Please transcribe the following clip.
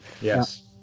yes